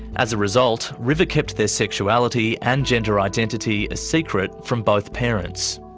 as a result, river kept their sexuality and gender identity a secret from both parents.